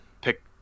pick